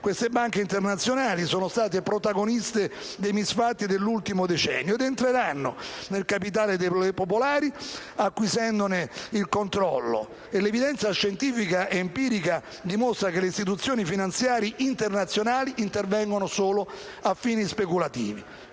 le banche internazionali sono state protagoniste dei misfatti dell'ultimo decennio, entrando nel capitale delle banche popolari acquisendone il controllo. L'evidenza scientifica ed empirica dimostra che le istituzioni finanziarie internazionali intervengono solo per fini speculativi.